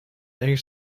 erg